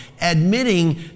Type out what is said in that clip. admitting